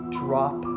drop